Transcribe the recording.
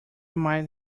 might